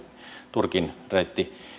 turkin reitti